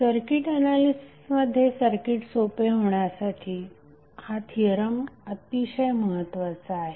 circuit एनालिसिसमध्ये circuit सोपे करण्यासाठी हा थिअरम अतिशय महत्त्वाचा आहे